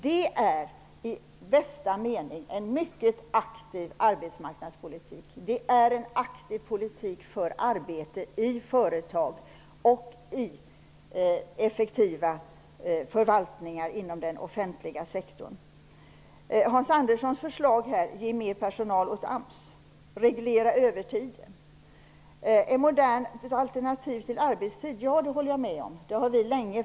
Detta är en mycket aktiv arbetsmarknadspolitik, en aktiv politik för arbete i företag och i effektiva förvaltningar inom den offentliga sektorn. Hans Andersson föreslog att AMS skulle få mer personal och att övertiden skulle regleras. Vi har länge förordat ett modernt alternativ när det gäller arbetstiden.